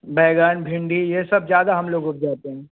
बैंगन भिंडी यह सब ज़्यादा हम लोग उपजाते हैं